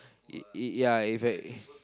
it it ya if it